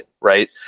right